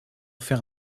faire